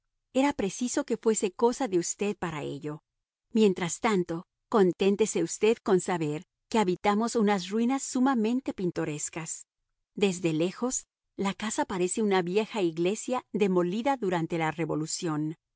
era preciso que fuese cosa de usted para ello mientras tanto conténtese usted con saber que habitamos unas ruinas sumamente pintorescas desde lejos la casa parece una vieja iglesia demolida durante la revolución